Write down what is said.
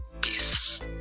peace